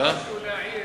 יש לי משהו להעיר